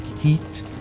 heat